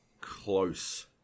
close